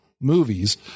movies